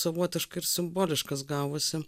savotiškai ir simboliškas gavosi